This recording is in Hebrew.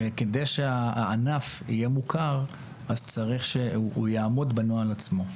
וכדי שהענף יהיה מוכר צריך שהוא יעמוד בנוהל עצמו.